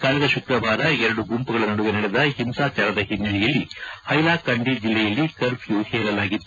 ಕಳೆದ ಶುಕ್ರವಾರ ಎರಡು ಗುಂಪುಗಳ ನಡುವೆ ನಡೆದ ಹಿಂಸಾಚಾರದ ಹಿನ್ನೆಲೆಯಲ್ಲಿ ಹೈಲಾ ಕಂಡಿ ಜಿಲ್ಲೆಯಲ್ಲಿ ಕರ್ಫ್ಗೂ ಹೇರಲಾಗಿತ್ತು